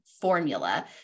formula